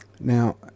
Now